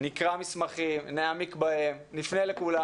נקרא מסמכים, נעמיק בהם, נפנה לכולם.